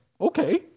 Okay